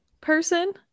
person